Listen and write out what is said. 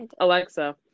Alexa